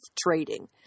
trading